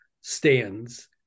stands